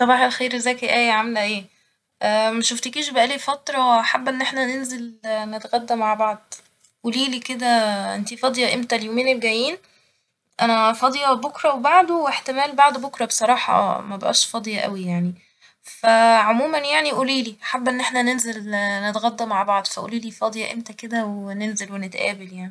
صباح الخير ازيك يا آيه عاملة ايه ؟ مشفتكيش بقالي فترة حابه إن احنا ننزل نتغدى مع بعض ، قوليلي كده انتي فاضية امتى اليومين الجايين ، أنا فاضية بكره وبعده واحتمال بعد بكره بصراحة مبقاش فاضية أوي يعني فعموما يعني قوليلي ، حابه إن احنا ننزل نتغدى مع بعض فقوليلي فاضية امتى كده وننزل ونتقابل يعني